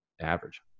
average